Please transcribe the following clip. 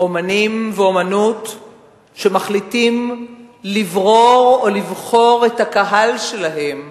אמנים ואמנות שמחליטים לברור או לבחור את הקהל שלהם ולהגיד: